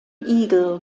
eagle